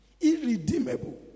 Irredeemable